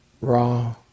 raw